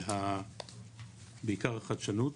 בעיקר החדשנות.